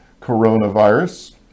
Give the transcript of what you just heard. coronavirus